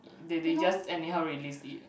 they just anyhow release it